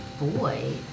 boy